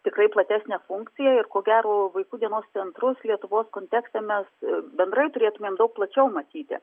tikrai platesnę funkciją ir ko gero vaikų dienos centrus lietuvos kontekste mes bendrai turėtumėm daug plačiau matyti